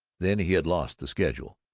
then he had lost the schedule.